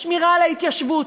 בשמירה על ההתיישבות,